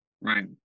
Right